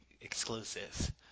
exclusive